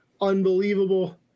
Unbelievable